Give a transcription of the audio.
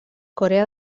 corea